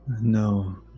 No